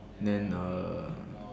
then uh